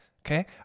okay